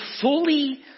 fully